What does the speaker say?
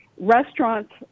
Restaurants